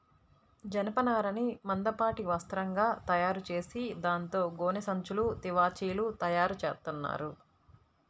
జనపనారని మందపాటి వస్త్రంగా తయారుచేసి దాంతో గోనె సంచులు, తివాచీలు తయారుచేత్తన్నారు